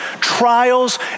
trials